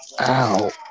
Ow